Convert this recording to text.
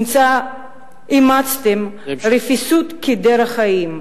במקום זקיפות קומה לאומית אימצתם רפיסות כדרך חיים.